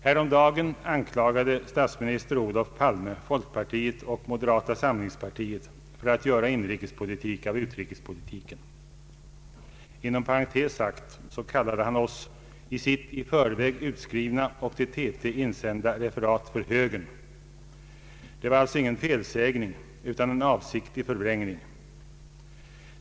Häromdagen anklagade statsminister Olof Palme folkpartiet och moderata samlingspartiet för att göra inrikespolitik av utrikespolitiken. Inom Pparentes sagt kallade han oss i sitt i förväg utskrivna och till TT insända referat för högern. Det var alltså ingen felsägning utan en avsiktlig förvrängning.